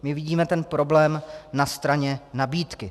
My vidíme ten problém na straně nabídky.